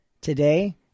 today